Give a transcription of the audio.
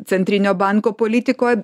centrinio banko politikoj